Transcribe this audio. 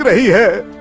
but he hit